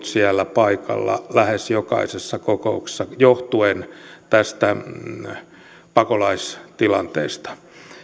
siellä paikalla lähes jokaisessa kokouksessa johtuen tästä pakolaistilanteesta